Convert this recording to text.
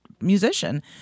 musician